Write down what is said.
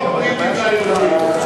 חוק ביבי והיורדים.